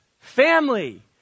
Family